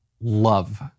love